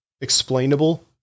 explainable